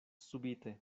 subite